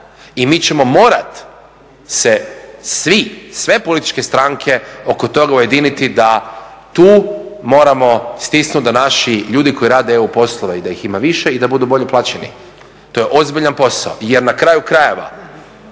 I mi ćemo morati se svi, sve političke stranke oko toga ujediniti da tu moramo stisnuti da naši ljudi koji rade eu poslove da ih ima više i da budu bolje plaćeni. To je ozbiljan posao. Jer na kraju krajeva